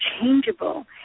changeable